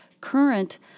current